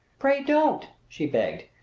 pray don't! she begged.